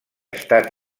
estat